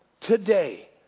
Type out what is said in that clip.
today